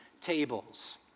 tables